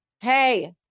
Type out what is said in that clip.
Hey